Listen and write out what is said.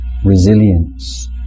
resilience